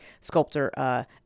Sculptor